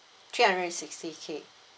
three hundred and sixty K